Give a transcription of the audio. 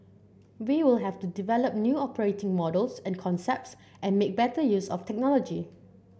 we will have to develop new operating models and concepts and make better use of technology